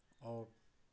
और